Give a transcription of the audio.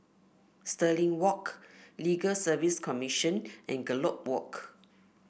Stirling Walk Legal Service Commission and Gallop Walk